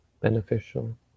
beneficial